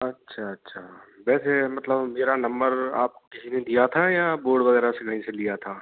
अच्छा अच्छा वैसे मतलब मेरा नंबर आप किसी ने दिया था या बोर्ड वगैरह से कहीं से लिया था